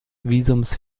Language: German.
visums